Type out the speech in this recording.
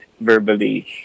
verbally